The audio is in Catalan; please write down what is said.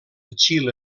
xile